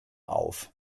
auf